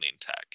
tech